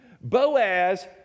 Boaz